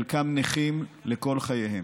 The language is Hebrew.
חלקם נכים לכל חייהם.